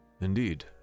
indeed